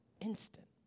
instant